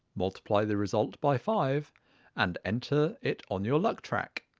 multiply the result by five and enter it on your luck track.